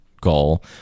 goal